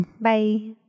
Bye